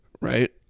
right